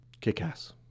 Kick-Ass